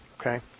Okay